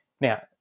Now